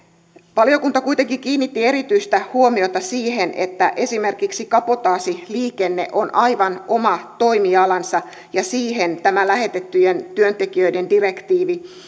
valiokunta kuitenkin kiinnitti erityistä huomiota siihen että esimerkiksi kabotaasiliikenne on aivan oma toimialansa ja siihen tämä lähetettyjen työntekijöiden direktiivi